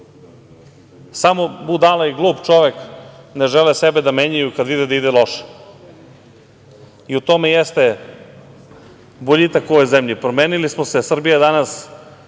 Samo budala i glup čovek ne žele sebe da menjaju kad vide da ide loše i u tome jeste boljitak u ovoj zemlji. Promenili smo se. Srbija je danas